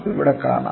ഇവിടെ കാണാം